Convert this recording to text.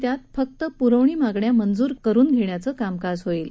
यात फक्त पुरवणी मागण्या मंजुर करून धेण्याचं कामकाज होईल